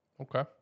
Okay